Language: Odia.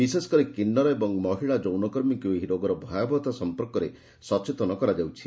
ବିଶେଷକରି କିନ୍ବର ଏବଂ ମହିଳା ଯୌନକର୍ମୀଙ୍କୁ ଏହି ରୋଗର ଭୟାବହତା ସମ୍ପର୍କରେ ସଚେତନ କରାଯାଉଛି